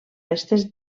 restes